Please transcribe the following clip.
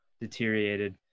deteriorated